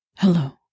Hello